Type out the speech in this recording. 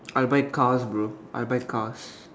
I buy cars bro I buy cars